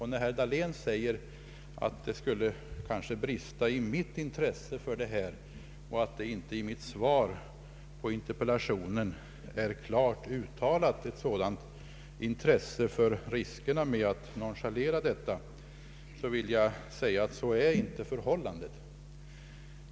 Herr Dahlén säger att det kanske brister i mitt intresse härvidlag och att det i mitt svar på interpellationen inte klart uttalas ett intresse för att motverka riskerna med att gällande bestämmelser nonchaleras, men så är inte förhållandet.